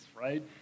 right